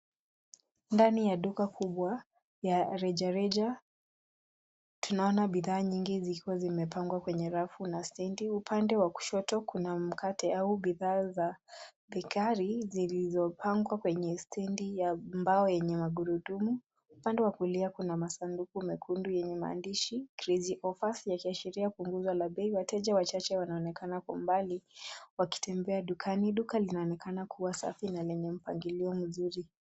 Ndani ya duka kubwa ya rejareja tunaona bidhaa nyingi zikiwa zimepangwa kwenye rafu na stendi, Upande wa kushoto kuna mkate au bidhaa za bakeri zilizopangwa kwenye stendi ya mbao yenye magurudumu, Upande wa kulia kuna masanduku mekundu yenye maandishi [crazy offers] yakiashiria punguzo la bei, Wateja wachache wanaonekana kwa umbali wakitembea dukani, Duka linaonekana kubwa safi na lenye mpangilio mzuri.